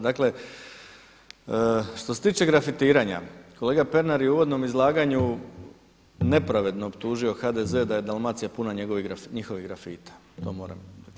Dakle, što se tiče grafitiranja kolega Pernar je u uvodnom izlaganju nepravedno optužio HDZ da je Dalmacija puna njihovih grafita, to moram.